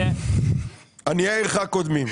עניי עירך קודמים.